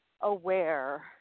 aware